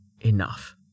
enough